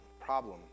problem